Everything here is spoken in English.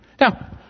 Now